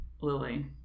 Lily